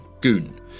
goon